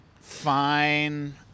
fine